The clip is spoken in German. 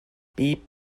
piep